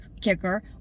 kicker